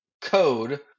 code